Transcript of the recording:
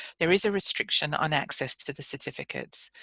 there is a restriction on access to the certificates.